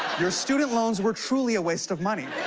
your student loans were truly a waste of money.